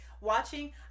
watching